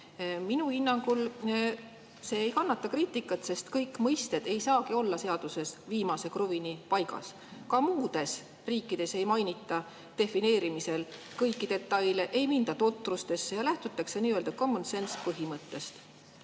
Minu hinnangul see ei kannata kriitikat, sest kõik mõisted ei saagi olla seaduses viimase kruvini paigas. Ka muudes riikides ei mainita defineerimisel kõiki detaile, ei minda totrustesse ja lähtutakse nii-öeldacommon sense'ipõhimõttest.